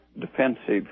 defensive